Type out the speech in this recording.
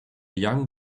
young